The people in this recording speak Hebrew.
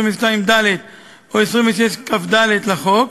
22ד או 26כד לחוק